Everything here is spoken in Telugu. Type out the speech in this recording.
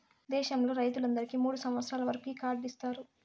దేశంలో రైతులందరికీ మూడు సంవచ్చరాల వరకు ఈ కార్డు ఇత్తారు